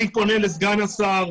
מי פונה לסגן השר,